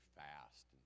fast